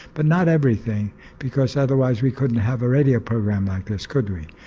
but not everything, because otherwise we couldn't have a radio program like this, could we?